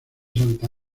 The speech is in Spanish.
santa